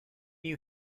you